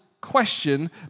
question